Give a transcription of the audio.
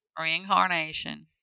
Reincarnation